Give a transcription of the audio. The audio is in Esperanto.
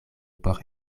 por